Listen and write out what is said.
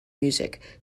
music